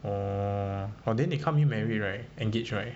oh then they can't be married right engaged right